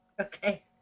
Okay